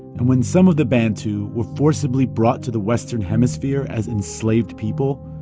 and when some of the bantu were forcibly brought to the western hemisphere as enslaved people,